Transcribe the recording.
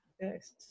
yes